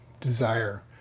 desire